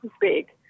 big